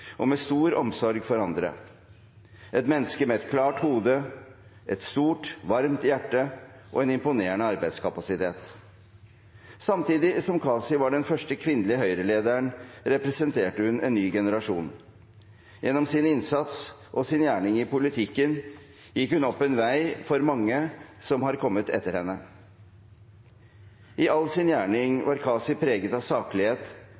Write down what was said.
kunnskapsrik, med stor omsorg for andre, et menneske med et klart hode, et stort, varmt hjerte og en imponerende arbeidskapasitet. Samtidig som Kaci var den første kvinnelige Høyre-lederen, representerte hun en ny generasjon. Gjennom sin innsats og sin gjerning i politikken gikk hun opp en vei for mange som har kommet etter henne. I all sin gjerning var Kaci preget av saklighet,